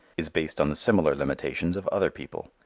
is based on the similar limitations of other people.